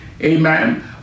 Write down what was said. Amen